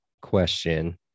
question